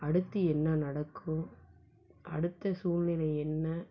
அடுத்து என்ன நடக்கும் அடுத்த சூழ்நிலை என்ன